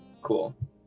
cool